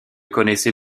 connaissez